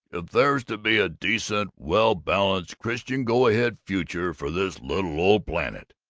if there's to be a decent, well-balanced, christian, go-ahead future for this little old planet!